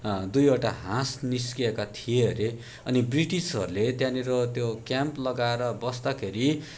दुईवटा हाँस निस्किएका थिए अरे अनि ब्रिटिसहरूले त्यहाँनिर त्यो क्याम्प लगाएर बस्दाखेरि